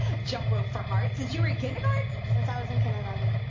jump rope for heart, since you were in kindergarten? since i was in kindergarten.